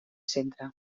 centre